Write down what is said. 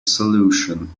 solution